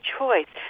choice